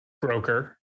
broker